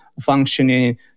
functioning